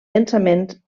densament